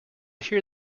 hear